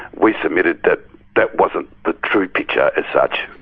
we submitted that that wasn't the true picture as such.